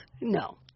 No